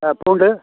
ஆ பூண்டு